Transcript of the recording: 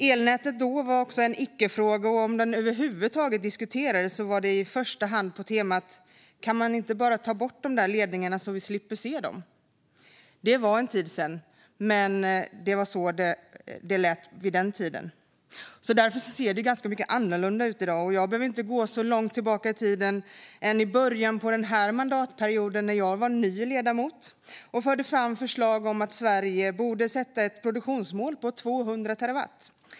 Elnätet var då en ickefråga, och om den över huvud taget diskuterades var det i första hand på temat "Kan man inte bara ta bort de där ledningarna så vi slipper se dem?". Det var en tid sedan, men det var så det lät då. Det ser ganska annorlunda ut i dag. Jag behöver inte gå längre tillbaka i tiden än till början av den här mandatperioden, när jag var ny ledamot och förde fram förslag om att Sverige borde sätta ett produktionsmål på 200 terawattimmar.